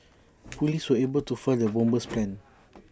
Police were able to foil the bomber's plans